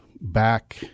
back